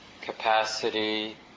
capacity